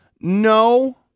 No